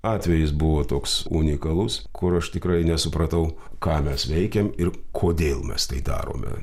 atvejis buvo toks unikalus kur aš tikrai nesupratau ką mes veikiam ir kodėl mes tai darome